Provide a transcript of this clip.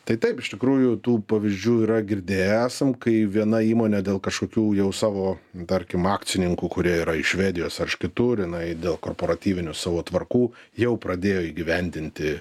tai taip iš tikrųjų tų pavyzdžių yra girdėję esam kai viena įmonė dėl kažkokių jau savo nu tarkim akcininkų kurie yra iš švedijos ar iš kitur jinai dėl komparatyvinių savo tvarkų jau pradėjo įgyvendinti